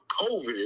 COVID